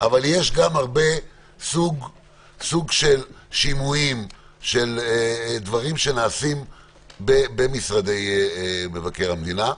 אבל יש גם סוג של שימועים של דברים שנעשים במשרדי מבקר המדינה,